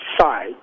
side